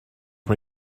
mae